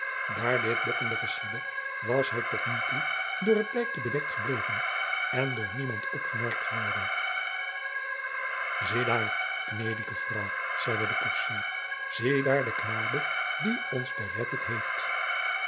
daar dit bokkende geschiedde was hij tot nu toe door het dijkje bedekt gebleven en door niemand opgemerkt geworden ziedaêr genâdige fraû zeide de koetsier ziedaêr den knabe die ons keret heeft